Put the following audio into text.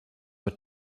were